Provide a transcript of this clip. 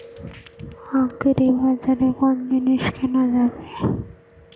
আগ্রিবাজারে কোন জিনিস কেনা যাবে?